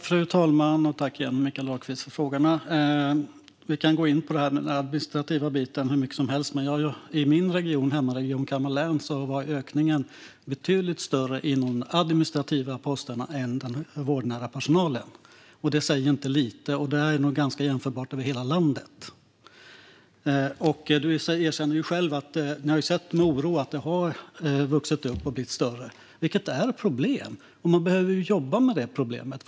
Fru talman! Tack igen, Mikael Dahlqvist, för frågorna! Vi kan tala om den administrativa biten hur mycket som helst, men i min hemregion Kalmar län var ökningen betydligt större för de administrativa posterna än för den vårdnära personalen. Detta blir inte lite, och det är nog ganska jämförbart över hela landet. Du erkänner själv att ni med oro har sett att administrationen har vuxit och blivit större, vilket är ett problem. Man behöver jobba med det problemet.